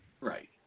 Right